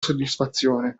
soddisfazione